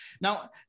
Now